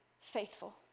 faithful